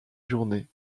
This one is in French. journées